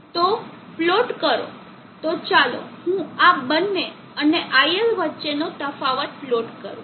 તો પ્લોટ કરો તો ચાલો હું આ બંને અને IL વચ્ચેનો તફાવત પ્લોટ કરું